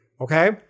okay